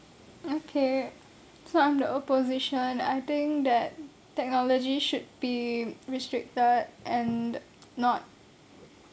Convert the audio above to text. okay so I'm the opposition I think that technology should be restricted and not